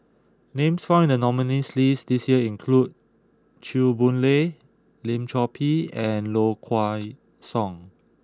names found in the nominees' list this year include Chew Boon Lay Lim Chor Pee and Low Kway Song